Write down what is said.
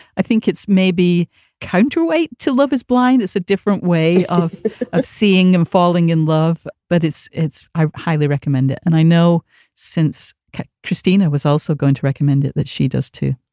i think it's maybe counter-weight to love is blind. it's a different way of of seeing and falling in love. but it's it's i highly recommend it. and i know since christina was also going to recommended that she does, too